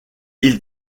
ils